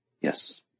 Yes